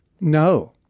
No